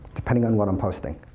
depending on what i'm posting.